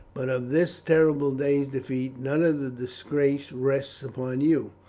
but of this terrible day's defeat none of the disgrace rests upon you.